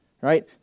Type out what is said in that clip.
Right